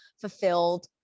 fulfilled